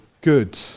good